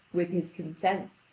with his consent,